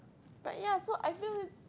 but ya so I feel it's